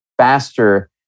faster